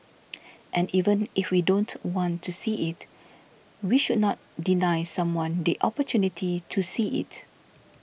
and even if we don't want to see it we should not deny someone the opportunity to see it